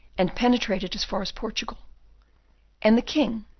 and penetrated as far as portugal and the king,